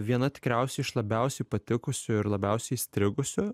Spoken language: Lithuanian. viena tikriausiai iš labiausiai patikusių ir labiausiai įstrigusių